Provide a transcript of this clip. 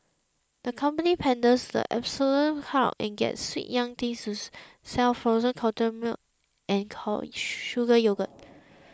the company panders to the adolescent crowd and gets sweet young things to sell frozen cultured milk and sugar yogurt